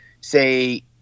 say